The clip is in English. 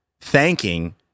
thanking